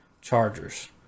Chargers